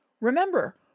remember